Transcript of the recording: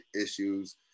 issues